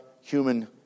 human